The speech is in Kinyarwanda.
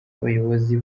abayobozi